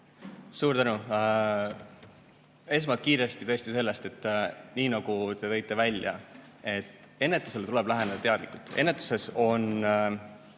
Suur tänu! Esmalt kiiresti tõesti sellest, nii nagu te tõite välja, et ennetusele tuleb läheneda teadlikult. Ennetuses on